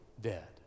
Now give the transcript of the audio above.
dead